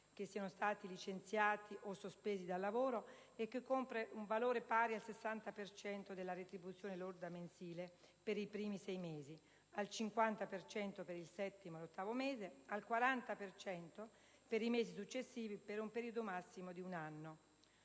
che siano stati licenziati o sospesi dal lavoro, e che copre un valore pari al 60 per cento della retribuzione lorda mensile, per i primi sei mesi, al 50 per cento per il settimo e l'ottavo mese, al 40 per cento per i mesi successivi, per un periodo massimo di un anno.